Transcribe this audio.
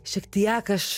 šiek tiek aš